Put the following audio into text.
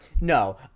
No